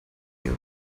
you